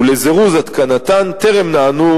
ולזירוז התקנתן טרם נענו,